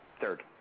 third